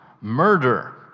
murder